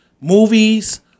movies